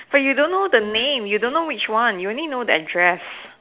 but you don't know the name you don't know which one you only know the address